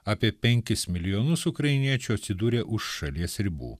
apie penkis milijonus ukrainiečių atsidūrė už šalies ribų